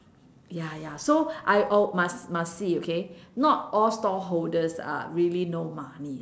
ya ya so I oh must must see okay not all stall holders are really no money